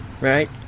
right